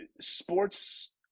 Sports